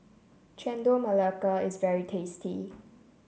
Chendol Melaka is very tasty